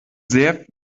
sehr